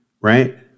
right